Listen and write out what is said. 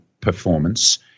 performance